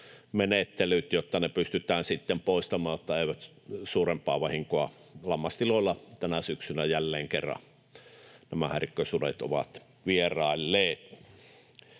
jotta ne pystytään sitten poistamaan, jotta ne eivät tee suurempaa vahinkoa. Lammastiloilla tänä syksynä jälleen kerran häirikkösudet ovat vierailleet.